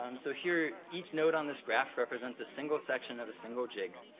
um so, here, each note on this graph represents a single section of a single jig.